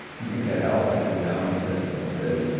you think that helped? and i said, no, and he said, it did.